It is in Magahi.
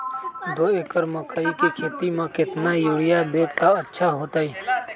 दो एकड़ मकई के खेती म केतना यूरिया देब त अच्छा होतई?